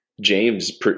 James